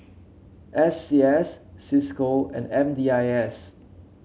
S C S Cisco and M D I S